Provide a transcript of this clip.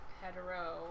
hetero